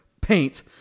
paint